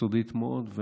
יסודית מאוד.